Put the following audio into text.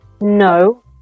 No